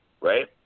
right